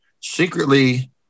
secretly